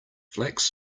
flax